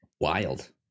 Wild